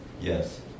yes